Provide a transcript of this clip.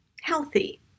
healthy